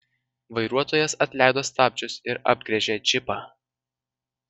vairuotojas atleido stabdžius ir apgręžė džipą